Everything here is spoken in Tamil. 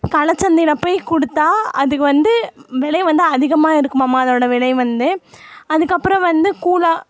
கள்ளச்சந்தையில போய் கொடுத்தா அதுக்கு வந்து விலை வந்து அதிகமாக இருக்குதுமாமா அதோடய விலை வந்து அதுக்கு அப்புறம் வந்து கூழாங்